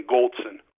Goldson